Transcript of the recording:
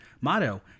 Motto